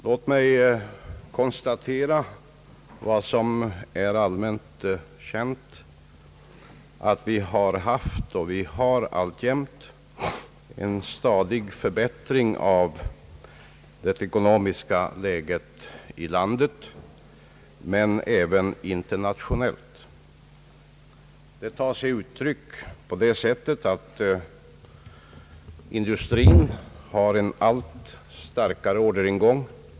Låt mig konstatera vad som är allmänt känt, nämligen att det skett och alltjämt sker en stadig förbättring av det ekonomiska läget i vårt land, men även internationellt. Det tar sig uttryck på det sättet att industrin har en allt starkare orderingång.